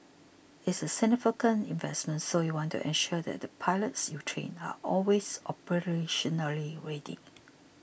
it's a significant investment so you want to ensure that the pilots you train are always operationally ready